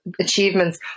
achievements